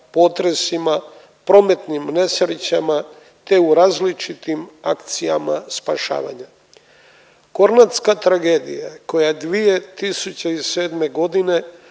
potresima, prometnim nesrećama te u različitim akcijama spašavanja. Kornatska tragedija koja je 2007. godine